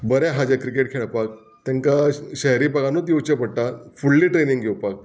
बरे हा जे क्रिकेट खेळपाक तेंकां शहरी भागानूच येवचें पडटा फुडली ट्रेनींग घेवपाक